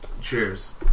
Cheers